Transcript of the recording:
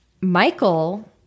Michael